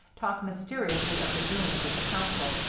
talk mysteriously of the doings of the council,